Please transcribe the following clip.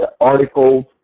articles